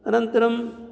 अनन्तरं